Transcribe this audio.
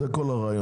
זה כל הרעיון.